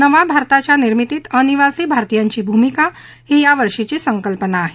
नव्या भारताच्या निर्मितीत अनिवासी भारतीयांची भूमिका ही यावर्षीची संकल्पना आहे